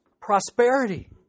prosperity